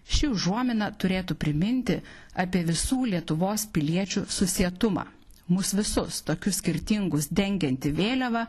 ši užuomina turėtų priminti apie visų lietuvos piliečių susietumą mus visus tokius skirtingus dengianti vėliava